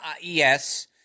yes